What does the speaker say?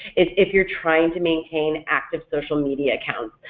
is if you're trying to maintain active social media accounts.